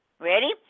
Ready